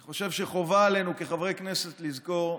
אני חושב שחובה עלינו כחברי כנסת לזכור,